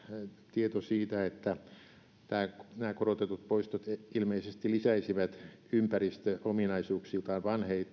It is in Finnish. tieto siitä että korotetut poistot ilmeisesti lisäisivät ympäristöominaisuuksiltaan